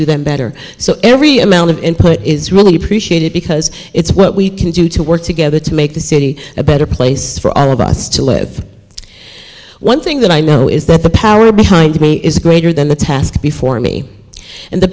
do them better so every amount of input is really appreciated because it's what we can do to work together to make the city a better place for all of us to live one thing that i know is that the power behind me is greater than the task before me and the